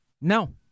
no